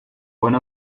one